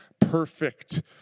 perfect